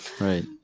Right